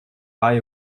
buy